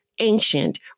ancient